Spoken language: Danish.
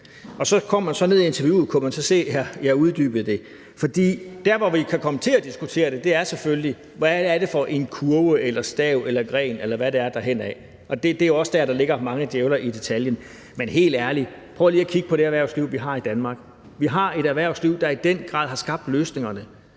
Kom man så ned i interviewet, kunne man se, at jeg uddybede det. For der, hvor vi kan komme til at diskutere det, er selvfølgelig: Hvad er det for en kurve eller stav eller gren, eller hvad det er, derhenad? Det er også der, der ligger mange djævle i detaljen. Men helt ærligt: Prøv lige at kigge på det erhvervsliv, vi har i Danmark. Vi har et erhvervsliv, der i den grad har skabt løsningerne.